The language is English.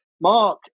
Mark